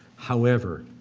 however,